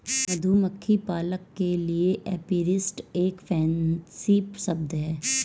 मधुमक्खी पालक के लिए एपीरिस्ट एक फैंसी शब्द है